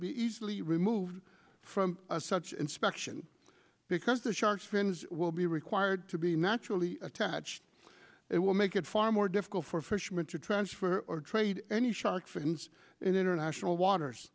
be easily removed from such inspection because the shark fins will be required to be naturally attached it will make it far more difficult for fisherman to transfer or trade any shark fins in international waters